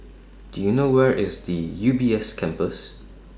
Do YOU know Where IS The U B S Campus